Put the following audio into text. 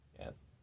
yes